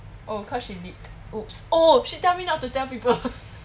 oh cause she leaked !oops! oh she tell me not to tell people